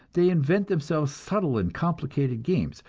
they invent themselves subtle and complicated games,